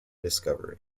discovery